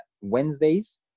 Wednesdays